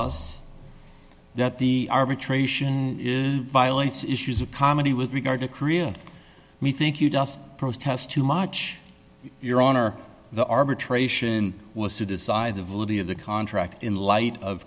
us that the arbitration violates issues of comedy with regard to korea we think you just protest too much your honor the arbitration was to decide the validity of the contract in light of